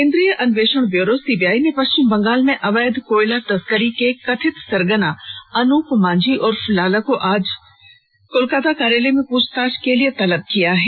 केंद्रीय अन्वेषण bureau CBI ने पश्चिम बंगाल में अवैध कोयला तस्करी के कथित सरगना अनूप मांझी उर्फ लाला को आज अपने कोलकाता कार्यालय में पूछताछ के लिए तलब किया है